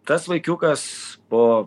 tas vaikiukas po